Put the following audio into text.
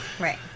Right